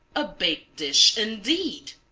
a baked dish, indeed!